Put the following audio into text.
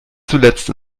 zuletzt